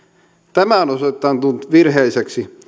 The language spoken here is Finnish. tämä on osoittautunut virheelliseksi